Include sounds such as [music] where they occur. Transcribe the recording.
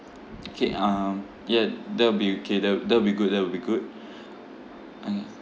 [noise] K um ya that will be K that'll that will be good that will be good [breath] ah